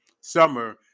summer